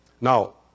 Now